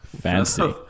Fancy